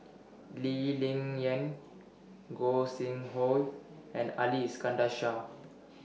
Lee Ling Yen Gog Sing Hooi and Ali Iskandar Shah